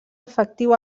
efectiu